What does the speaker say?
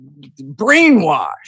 brainwashed